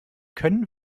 können